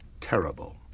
Terrible